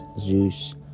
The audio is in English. Zeus